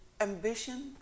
ambition